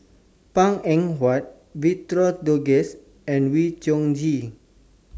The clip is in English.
Png Eng Huat Victor Doggett and Wee Chong Jin